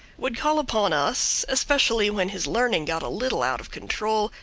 would call upon us, especially when his learning got a little out of control,